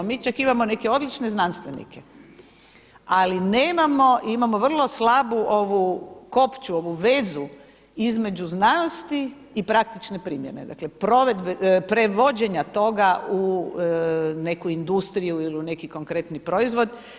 Mi čak imamo neke odlične znanstvenike, ali nemamo i imamo vrlo slabu kopču, ovu vezu između znanosti i praktične primjene, dakle prevođenja toga u neku industriju ili u neki konkretni proizvod.